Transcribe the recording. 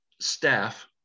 staff